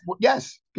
Yes